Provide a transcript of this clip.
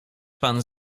pan